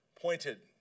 pointed